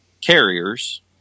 carriers